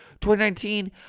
2019